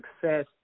success